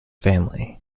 family